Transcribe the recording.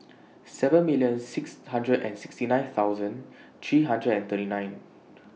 seven million six hundred and sixty nine thousand three hundred and thirty nine